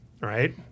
Right